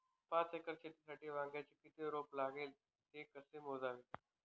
पाच एकर शेतीसाठी वांग्याचे किती रोप लागेल? ते कसे मोजावे?